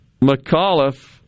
McAuliffe